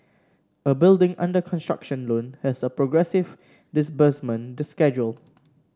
a building under construction loan has a progressive disbursement schedule